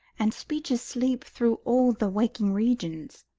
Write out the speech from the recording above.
and speeches sleep through all the waking regions.